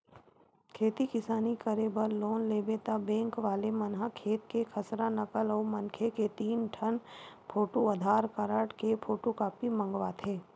खेती किसानी करे बर लोन लेबे त बेंक वाले मन ह खेत के खसरा, नकल अउ मनखे के तीन ठन फोटू, आधार कारड के फोटूकापी मंगवाथे